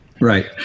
Right